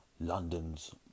london's